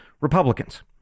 Republicans